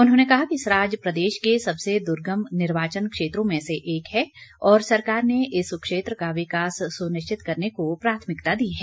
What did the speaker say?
उन्होंने कहा कि सराज प्रदेश के सबसे दूर्गम निर्वाचन क्षेत्रों में से एक है और सरकार ने इस क्षेत्र का विकास सुनिश्चित करने को प्राथमिकता दी है